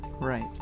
right